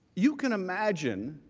you can imagine